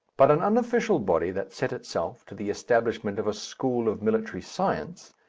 but an unofficial body that set itself to the establishment of a school of military science,